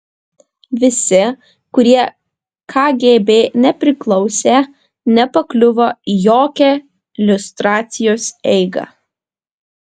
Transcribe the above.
visi kurie kgb nepriklausė nepakliuvo į jokią liustracijos eigą